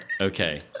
okay